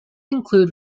include